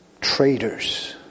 traitors